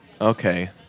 Okay